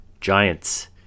Giants